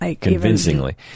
Convincingly